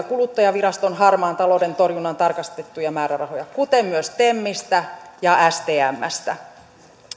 kuluttajaviraston harmaan talouden torjunnan tarkastettuja määrärahoja kuten myös temistä ja stmstä